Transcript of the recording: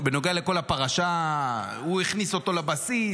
בנוגע לכל הפרשה: ההוא הכניס אותו לבסיס,